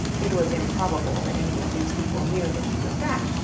it was improbable that any of these people knew that she was back,